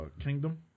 Kingdom